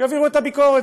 שיעבירו את הביקורת,